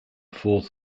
fourth